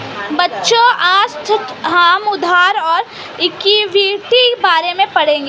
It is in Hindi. बच्चों आज हम उधार और इक्विटी के बारे में पढ़ेंगे